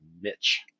Mitch